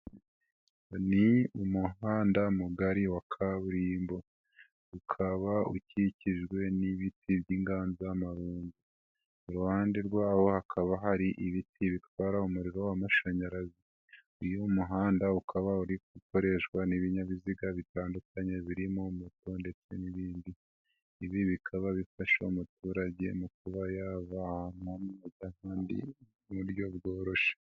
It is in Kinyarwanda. Ni umuhanda mugari wa kaburimbo ukaba ukikijwe n'ibiti by'inganzamarumbo, iruhande rwawo hakaba hari ibiti bitwara umuriro w'amashanyarazi, uyu muhanda ukaba uri gukoreshwa n'ibinyabiziga bitandukanye birimo moto ndetse n'ibindi, ibi bikaba bifasha umuturage mu kuba yava ahantu hamwe ajya ahandi mu buryo bworoshye.